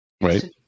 Right